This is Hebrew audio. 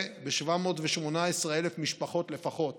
ב-718,000 לפחות